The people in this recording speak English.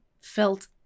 felt